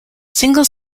single